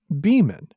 Beeman